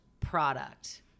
product